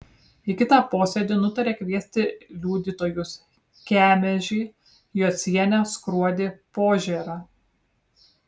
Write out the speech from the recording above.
į kitą posėdį nutarė kviesti liudytojus kemežį jocienę skruodį požėrą